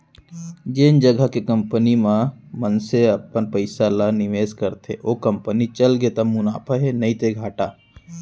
जेन जघा के कंपनी म मनसे अपन पइसा ल निवेस करथे ओ कंपनी चलगे त मुनाफा हे नइते घाटा